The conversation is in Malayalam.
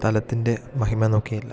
സ്ഥലത്തിൻ്റെ മഹിമ നോക്കിയല്ല